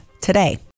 today